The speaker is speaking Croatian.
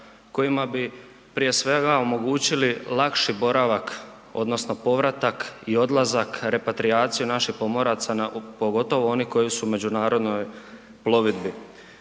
kojima bi prije svega omogućili lakši boravak odnosno povratak i odlazak, repatrijaciju naših pomoraca pogotovo onih koji su u međunarodnoj plovidbi.